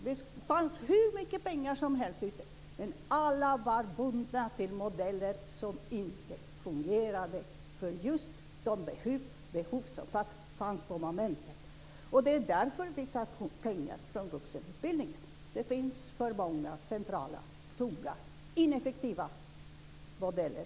Det fanns hur mycket pengar som helst, men alla var bundna till modeller som inte fungerade för just de behov som fanns då. Det är därför vi tar pengar från vuxenutbildningen. Det finns för många centrala, tunga och ineffektiva modeller.